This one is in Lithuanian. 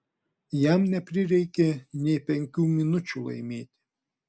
jam neprireikė nė penkių minučių laimėti